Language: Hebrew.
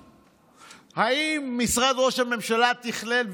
האם משרד ראש הממשלה תכלל,